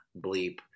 Bleep